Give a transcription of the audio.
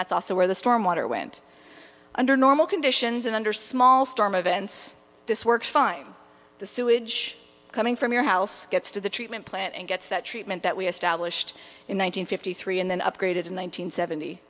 that's also where the storm water went under normal conditions and under small storm events this works fine the sewage coming from your house gets to the treatment plant and gets that treatment that we established in one thousand fifty three and then upgraded in one nine hundred seventy